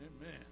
Amen